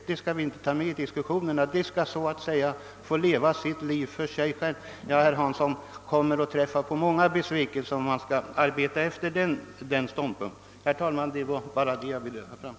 Den näringen skall så att säga få leva sitt eget liv. Herr Hansson kommer att drabbas av många besvikelser, om han håller fast vid den ståndpunkten. Det var bara detta jag ville framhålla, herr talman.